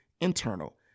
internal